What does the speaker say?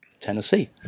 Tennessee